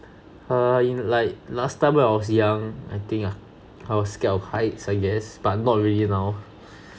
err in like last time when I was young I think ah I was scared of heights I guess but not really now